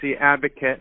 advocate